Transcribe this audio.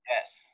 yes